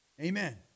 Amen